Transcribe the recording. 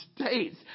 States